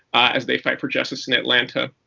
as they fight for justice in atlanta.